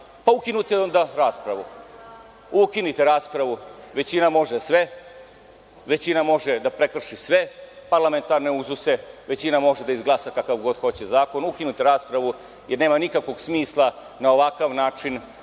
Pa, ukinite onda raspravu. Većina može sve. Većina može da prekrši sve parlamentarne uzuse. Većina može da izglasa kakav god hoće zakon. Ukinite raspravu, jer nema nikakvog smisla na ovakav način,